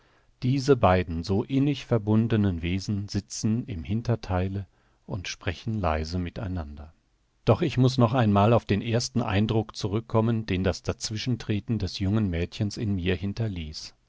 diese beiden so innig verbundenen wesen sitzen im hintertheile und sprechen leise mit einander doch ich muß noch einmal auf den ersten eindruck zurückkommen den das dazwischentreten des jungen mädchens in mir hinterließ